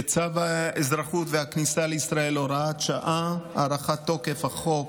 צו האזרחות והכניסה לישראל (הוראת שעה) (הארכת תוקף החוק)